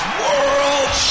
world